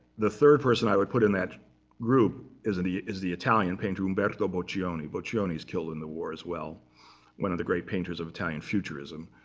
the third person i would put in that group is the is the italian painter, umberto boccioni. boccioni is killed in the war as well one of the great painters of italian futurism.